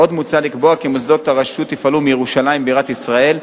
עוד מוצע לקבוע כי מוסדות הרשות יפעלו מירושלים בירת ישראל,